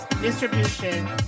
Distribution